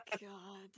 god